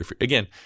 Again